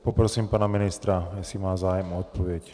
Poprosím pana ministra, jestli má zájem o odpověď.